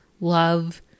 love